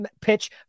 pitch